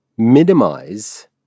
minimize